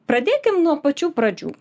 pradėkim nuo pačių pradžių